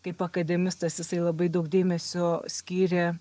kaip akademistas jisai labai daug dėmesio skyrė